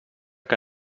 que